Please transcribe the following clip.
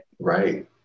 Right